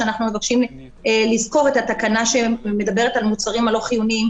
אנחנו מבקשים לזכור את התקנה שמדברת על המוצרים הלא חיוניים.